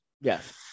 Yes